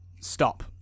stop